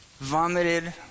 vomited